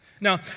Now